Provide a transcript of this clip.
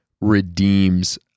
redeems